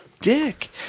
dick